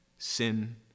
sin